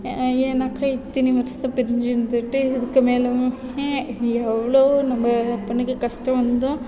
ஏன்னாக்கால் இத்தினி வருஷம் பிரிஞ்சு இருந்துவிட்டு இதுக்குமேலேவும் எவ்வளவோ நம்ம பொண்ணுக்கு கஷ்டம் வந்தும்